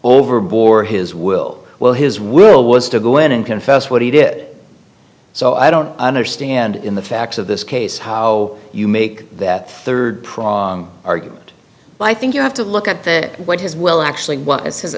over bore his will while his will was to go in and confess what he did so i don't understand in the facts of this case how you make that third prong argument by i think you have to look at the what has well actually what it says